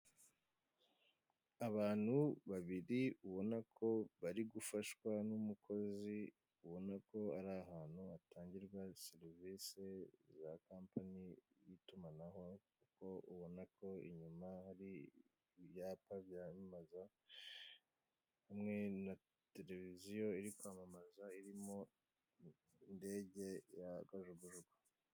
Abantu babiri ubona ko bari gufashwa n'umukozi ubona ko ari ahantu hatangirwa serivise za kampani y'itumanaho, kuko ubona ko inyuma hari ibyapa byamamaza, hamwe na televiziyo iri kwamamaza irimo indege ya kajugujugu.